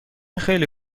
خیلی